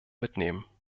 mitnehmen